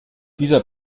dieser